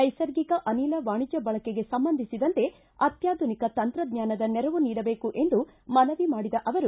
ನೈಸರ್ಗಿಕ ಅನಿಲ ವಾಣಿಜ್ಯ ಬಳಕೆಗೆ ಸಂಬಂಧಿಸಿದಂತೆ ಅತ್ಯಾಧುನಿಕ ತಂತ್ರಜ್ವಾನದ ನೆರವು ನೀಡಬೇಕು ಎಂದು ಮನವಿ ಮಾಡಿದ ಅವರು